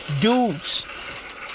dudes